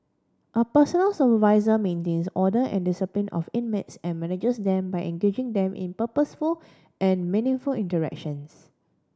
a personal supervisor maintains order and discipline of inmates and manages them by engaging them in purposeful and meaningful interactions